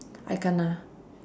I kena